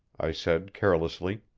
i said carelessly,